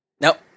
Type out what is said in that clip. Nope